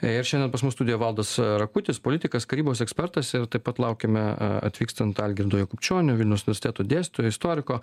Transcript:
ir šiandien pas mus studijoj valdas rakutis politikas karybos ekspertas ir taip pat laukiame atvykstant algirdo jakubčionio vilniaus universiteto dėstytojo istoriko